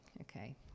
okay